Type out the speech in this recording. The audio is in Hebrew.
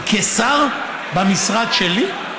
כשר, במשרד שלי.